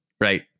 right